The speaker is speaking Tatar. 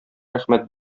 рәхмәт